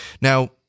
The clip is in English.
Now